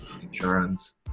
insurance